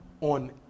on